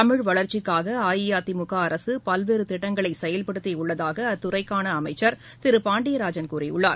தமிழ் வளர்ச்சிக்காக அஇஅதிமுக அரசு பல்வேறு திட்டங்களை செயல்படுத்தியுள்ளதாக அத்துறைக்கான அமைச்சர் திரு பாண்டியராஜன் கூறியுள்ளார்